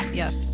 yes